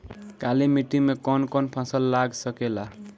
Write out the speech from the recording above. काली मिट्टी मे कौन कौन फसल लाग सकेला?